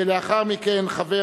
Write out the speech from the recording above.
לאחר מכן, חבר